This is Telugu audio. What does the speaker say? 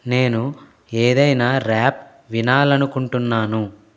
నేను ఏదైనా ర్యాప్ వినాలనుకుంటున్నాను